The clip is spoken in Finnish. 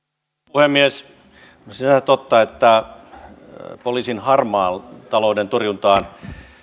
puhemies on sinänsä totta että poliisin harmaan talouden torjuntaan